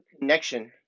connection